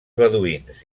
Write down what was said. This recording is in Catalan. beduïns